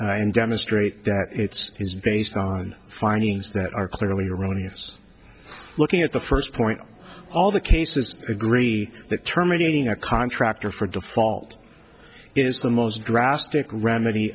and demonstrate that it's is based on findings that are clearly erroneous looking at the first point all the cases agree that terminating a contractor for default is the most drastic remedy